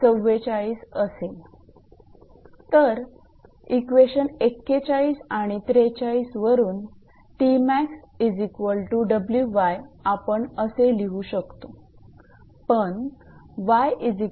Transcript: तर इक्वेशन 41 आणि 43 वरून आपण असे लिहू शकतो